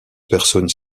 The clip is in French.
personnes